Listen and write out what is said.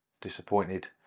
disappointed